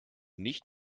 nicht